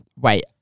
Wait